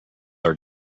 are